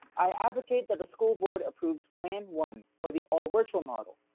i advocate that the school board approves plan one or the all virtual model,